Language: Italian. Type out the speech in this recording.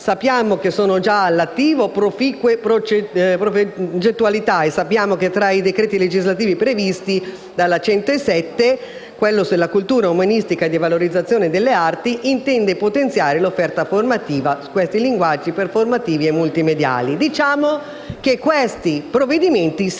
Sappiamo che sono già all'attivo proficue progettualità e sappiamo che con i tre decreti legislativi previsti dalla legge n. 107 del 2013, e in particolare quello sulla cultura umanistica e di valorizzazione delle arti, si intende potenziare l'offerta formativa su questi linguaggi performativi multimediali. Diciamo che questi provvedimenti si tengono.